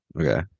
Okay